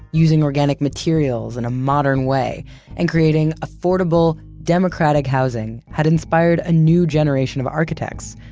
using organic materials in a modern way and creating affordable, democratic housing had inspired a new generation of architects,